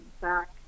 back